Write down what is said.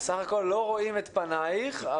קודם כל גם אנחנו מברכים על הקיום של הדיון